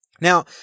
now